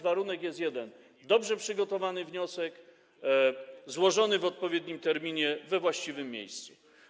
Warunek jest jeden: dobrze przygotowany wniosek złożony w odpowiednim terminie we właściwym miejscu.